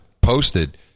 posted